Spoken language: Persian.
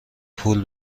پول